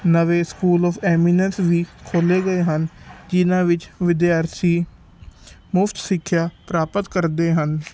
ਨਵੇਂ school of eminence ਵੀ ਖੋਲ੍ਹੇ ਗਏ ਹਨ ਜਿਨ੍ਹਾਂ ਵਿੱਚ ਵਿਦਿਆਰਥੀ ਮੁਫਤ ਸਿੱਖਿਆ ਪ੍ਰਾਪਤ ਕਰਦੇ ਹਨ